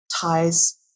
ties